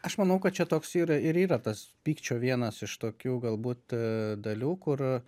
aš manau kad čia toks yra ir yra tas pykčio vienas iš tokių galbūt dalių kur